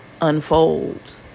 unfold